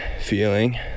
feeling